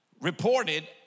reported